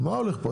מה הולך פה?